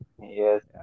Yes